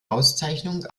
auszeichnung